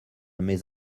mais